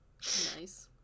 Nice